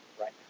right